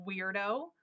weirdo